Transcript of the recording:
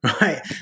right